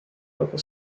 local